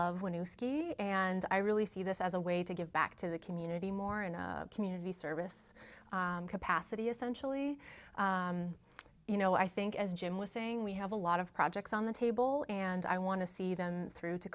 love when you ski and i really see this as a way to give back to the community more in community service capacity essentially you know i think as jim was saying we have a lot of projects on the table and i want to see them through to